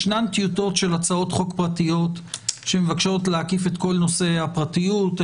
ישנן טיוטות של הצעות חוק פרטיות שמבקשות להקיף את כל נושא הפרטיות.